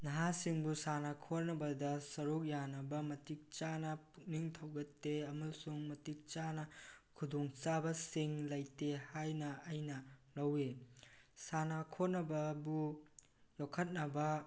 ꯅꯍꯥꯁꯤꯡꯕꯨ ꯁꯥꯟꯅ ꯈꯣꯠꯅꯕꯗ ꯁꯔꯨꯛ ꯌꯥꯅꯕ ꯃꯇꯤꯛ ꯆꯥꯅ ꯄꯨꯛꯅꯤꯡ ꯊꯧꯒꯠꯇꯦ ꯑꯃꯁꯨꯡ ꯃꯇꯤꯛ ꯆꯥꯅ ꯈꯨꯗꯣꯡ ꯆꯥꯕꯁꯤꯡ ꯂꯩꯇꯦ ꯍꯥꯏꯅ ꯑꯩꯅ ꯂꯧꯏ ꯁꯥꯟꯅ ꯈꯣꯠꯅꯕꯕꯨ ꯌꯣꯛꯈꯠꯅꯕ